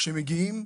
כשמגיעים,